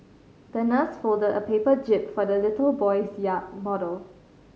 the nurse folded a paper jib for the little boy's yacht model